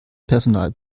personal